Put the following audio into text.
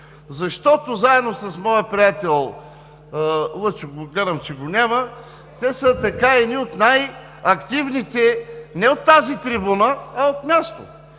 защото заедно с моя приятел Лъчо – гледам, че го няма, те са едни от най-активните не от тази трибуна, а от място.